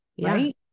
right